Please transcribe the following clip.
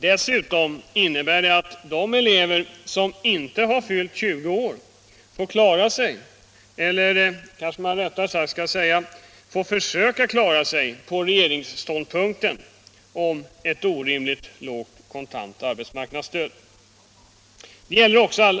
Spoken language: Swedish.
Dessutom innebär det att de elever som inte har fyllt 20 år får klara sig — eller man skall kanske hellre säga försöka klara sig — på ett orimligt lågt kontant arbetsmarknadsstöd enligt regeringsståndpunkten.